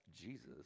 Jesus